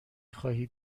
خواهی